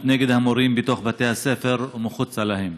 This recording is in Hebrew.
נגד המורים בתוך בתי הספר ומחוצה להם.